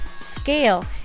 scale